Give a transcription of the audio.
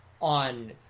on